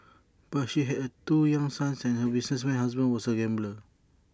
but she had two young sons and her businessman husband was A gambler